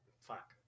Fuck